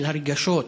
של הרגשות.